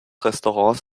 restaurants